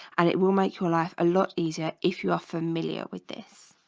and it will make your life a lot easier if you are familiar with this